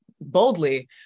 boldly